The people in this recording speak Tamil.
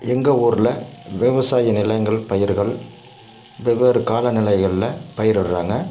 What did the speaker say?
எங்கள் ஊரில் விவசாய நிலங்கள் பயிர்கள் வெவ்வேறு காலநிலைகளில் பயிரிடுறாங்க